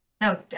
No